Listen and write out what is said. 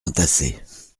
entassées